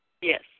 Yes